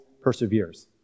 perseveres